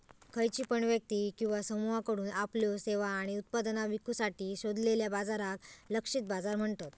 खयची पण व्यक्ती किंवा समुहाकडुन आपल्यो सेवा आणि उत्पादना विकुसाठी शोधलेल्या बाजाराक लक्षित बाजार म्हणतत